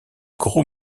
gros